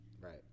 Right